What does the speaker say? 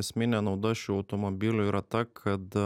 esminė nauda šių automobilių yra ta kad